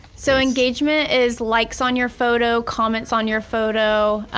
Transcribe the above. so engagement is likes on your photo, comments on your photo,